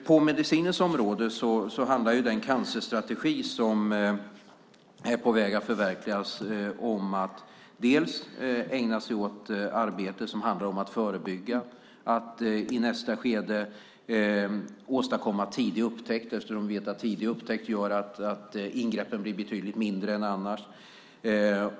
På medicinens område handlar den cancerstrategi som är på väg att förverkligas om att ägna sig åt att förebygga och i nästa skede åstadkomma tidig upptäckt. Vi vet att tidig upptäckt gör att ingreppen blir betydligt mindre än annars.